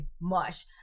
Mush